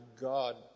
God